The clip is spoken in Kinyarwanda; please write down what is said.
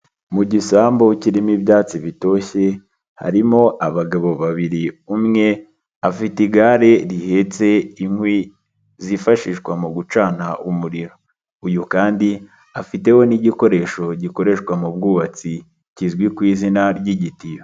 Mu gisambu kirimo ibyatsi bitoshye harimo abagabo babiri umwe afite igare rihetse inkwi zifashishwa mu gucana umuriro, uyu kandi afiteho n'igikoresho gikoreshwa mu ubwubatsi kizwi ku izina ry'igitiyo.